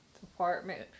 department